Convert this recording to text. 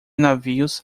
navios